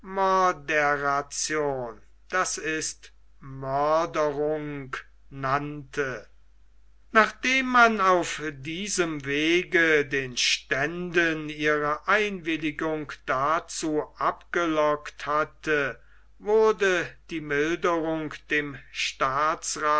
mörderung nannte nachdem man auf diesem wege den ständen ihre einwilligung dazu abgelockt hatte wurde die milderung dem staatsrath